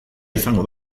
izango